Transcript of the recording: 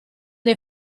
dei